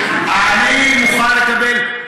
אני מוכן לקבל,